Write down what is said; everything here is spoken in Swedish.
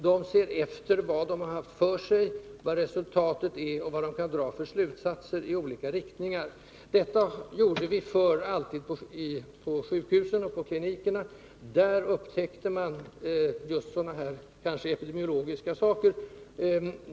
De ser efter vad de har haft för sig under året, vad resultatet blivit och vad de kan dra för slutsatser i olika riktningar. Detta gjorde vi förr alltid på sjukhusklinikerna. Där gjorde man då just epidemiologiska upptäckter.